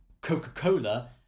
Coca-Cola